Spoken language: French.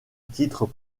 titres